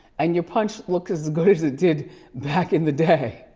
and your punch looks as good as it did back in the day.